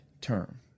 term